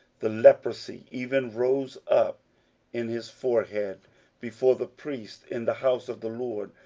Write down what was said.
the leprosy even rose up in his forehead before the priests in the house of the lord,